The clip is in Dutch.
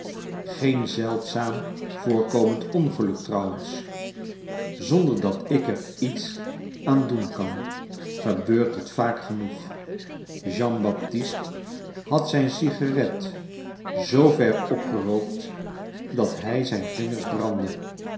geen zeldzaam voorkomend ongeluk trouwens zonder dat ik er iets aan doen kan gebeurt het vaak genoeg jean baptist had zijn sigaret zoo ver opgerookt dat hij zijn vingers brandde